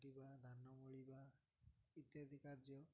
କାଟିବା ଧାନ ମଳିବା ଇତ୍ୟାଦି କାର୍ଯ୍ୟ